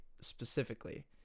specifically